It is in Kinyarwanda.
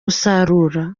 gusarura